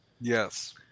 Yes